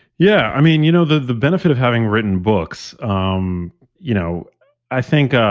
yeah. i mean, you know the the benefit of having written books, um you know i think